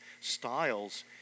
styles